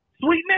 sweetness